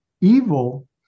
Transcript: evil